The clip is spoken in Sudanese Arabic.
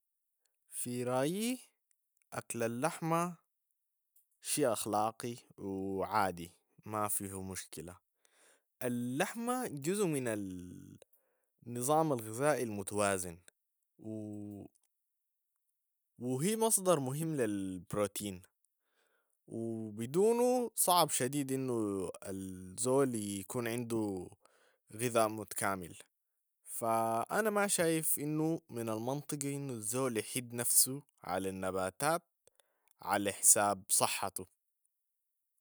في رأيي أكل اللحمة شي أخلاقي و عادي ما فيو مشكلة اللحمة جزء من النظام الغذائي المتوازن و هي مصدر مهم للبروتين و بدونه صعب شديد أنو الزول يكون عندو غذاء متكامل، فأنا ما شايف أنو من المنطقة أنو الزول يحيد نفسه على النباتات على حساب صحته.